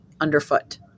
underfoot